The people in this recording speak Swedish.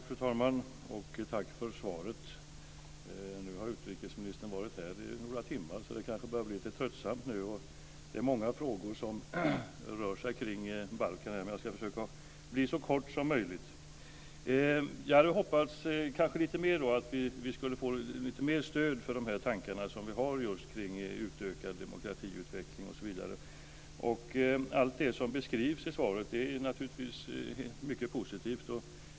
Fru talman! Tack för svaret. Nu har utrikesministern varit här några timmar, så det kanske börjar bli lite tröttsamt. Det är många frågor som rör sig kring Balkan. Jag ska försöka bli så kortfattad som möjligt. Jag hade hoppats att vi skulle få lite mer stöd för de tankar som vi har kring utökad demokratiutveckling osv. Allt det som beskrivs i svaret är naturligtvis mycket positivt.